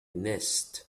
nest